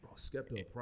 Skeptical